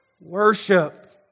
worship